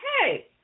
hey